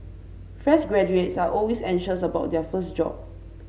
fresh graduates are always anxious about their first job